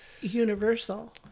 universal